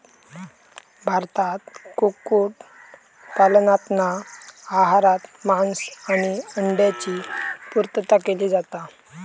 भारतात कुक्कुट पालनातना आहारात मांस आणि अंड्यांची पुर्तता केली जाता